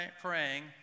praying